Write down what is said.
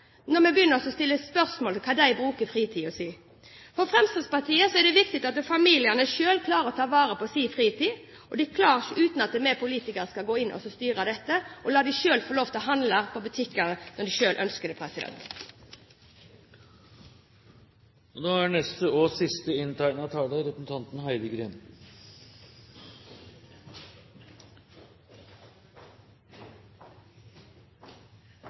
når vi begynner å stille spørsmål ved hvordan de bruker fritiden sin. For Fremskrittspartiet er det viktig at familiene selv tar vare på sin fritid, og det klarer de uten at vi politikere skal gå inn og styre den. La dem få lov til å handle i butikker når de selv ønsker det. Jeg hadde ikke tenkt å ta ordet i denne saken, men når jeg får høre hvor mange det er